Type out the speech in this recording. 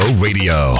Radio